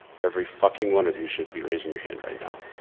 every fucking one of you should be raising your hand right now!